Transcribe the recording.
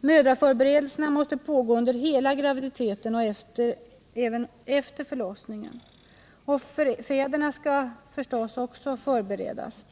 Mödraförberedelserna måste pågå under hela graviditeten och även efter förlossningen. Fäderna skall givetvis också förberedas.